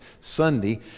Sunday